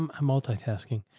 i'm multitasking.